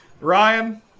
Ryan